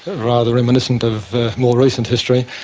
rather reminiscent of more recent history.